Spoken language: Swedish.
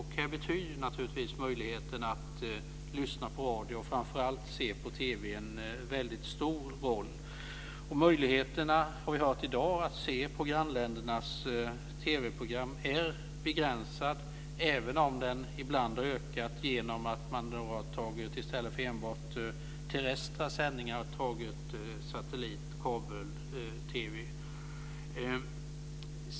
Här spelar naturligtvis möjligheten att lyssna på radio och framför allt se på TV en väldigt stor roll. Vi har ju hört i dag att möjligheterna att se på grannländernas TV-program är begränsade, även om de ibland har ökat genom att man i stället för enbart terrestra sändningar har använt satellit och kabel-TV.